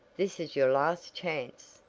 this is your last chance.